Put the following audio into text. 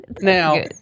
Now